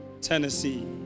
Tennessee